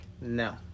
No